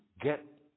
get